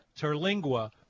Terlingua